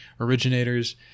originators